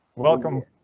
welcome!